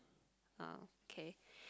uh okay